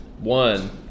One